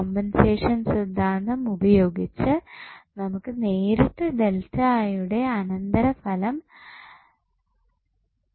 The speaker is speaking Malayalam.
കോമ്പൻസേഷൻ സിദ്ധാന്തം ഉപയോഗിച്ച് നമുക്ക് നേരിട്ട് യുടെ അനന്തരഫലം കാണാം